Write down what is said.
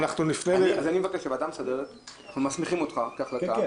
אני מבקש שהוועדה המסדרת אנחנו מסמיכים אותך כהחלטה